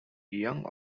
young